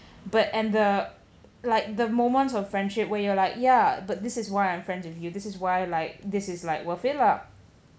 but and the like the moments of friendship where you're like ya but this is why I'm friends with you this is why like this is like worth it lah